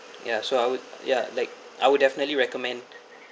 ya so I would ya like I would definitely recommend